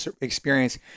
experience